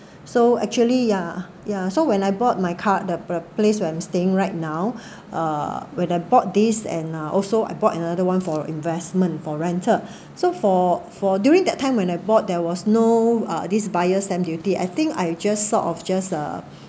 so actually yeah yeah so when I bought my car the p~ place where I'm staying right now uh when I bought this and uh also I bought another one for investment for rental so for for during that time when I bought there was no uh this buyer's stamp duty I think I just sort of just uh